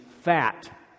fat